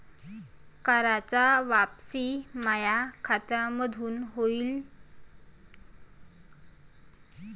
कराच वापसी माया खात्यामंधून होईन का?